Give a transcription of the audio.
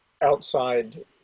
outside